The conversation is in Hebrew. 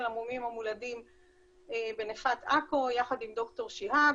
המומים המולדים בנפת עכו יחד עם ד"ר שיהאב,